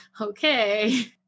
okay